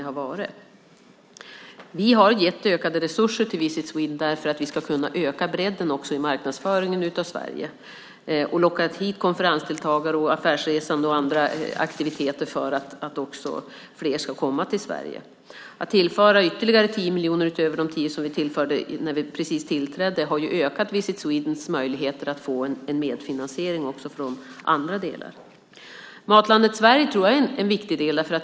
Vi har gett Visit Sweden ökade resurser just för att kunna öka bredden också i marknadsföringen av Sverige och för att locka hit konferensdeltagare och affärsresande och även olika aktiviteter så att fler kommer till Sverige. Att vi tillfört ytterligare 10 miljoner utöver de 10 miljoner som vi tillförde precis när vi tillträdde har ökat Visit Swedens möjligheter att få en medfinansiering också från andra delar. Matlandet Sverige tror jag är en viktig del.